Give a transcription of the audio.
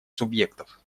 субъектов